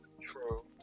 True